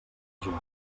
joan